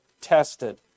tested